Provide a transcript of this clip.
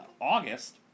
August